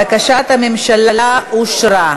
בקשת הממשלה אושרה.